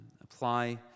apply